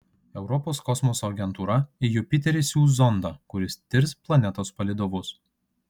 europos kosmoso agentūra į jupiterį siųs zondą kuris tirs planetos palydovus